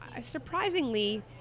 surprisingly